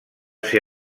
ser